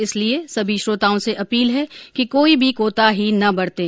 इसलिए सभी श्रोताओं से अपील है कि कोई भी कोताही न बरतें